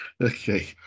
Okay